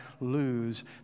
lose